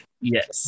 Yes